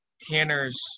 Tanner's